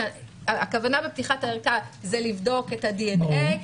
הכוונה בפתיחת הערכה זה לבדוק את הדנ"א,